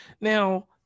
Now